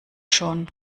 schon